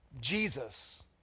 Jesus